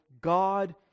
God